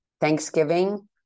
Thanksgiving